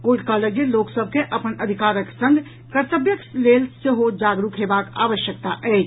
court कहलक जे लोक सभ के अपन अधिकारक संग कर्तव्यक लेल सेहो जागरूक होयबाक आवश्यकता अछि